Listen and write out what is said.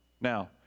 Now